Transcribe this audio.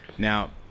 Now